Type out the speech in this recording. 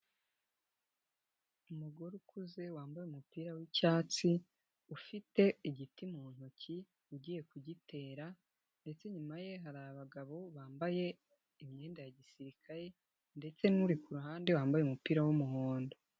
Umugore ukuze wambaye umupira w'icyatsi, ufite igiti mu ntoki, ugiye kugitera ndetse inyuma ye hari abagabo bambaye imyenda ya gisirikare ndetse n'uri ku ruhande wambaye umupira w'umuhondo.